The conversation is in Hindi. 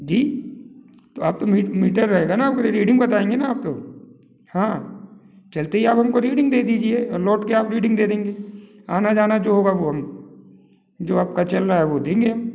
जी तो आप तो मीटर रहेगा ना आप के रीडिंग बताएंगे ना आप तो हाँ चलते ही आप हम को रीडिंग दे दीजिए और लौट के आप रीडिंग दे देंगे आना जाना जो होगा वो हम जो आपका चल रहा है वो देंगे हम